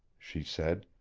she said,